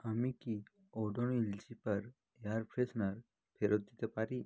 আমি কি Odonil zipper air freshener ফেরত দিতে পারি